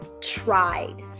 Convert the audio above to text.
tried